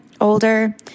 older